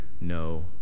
no